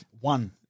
One